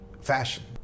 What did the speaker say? fashion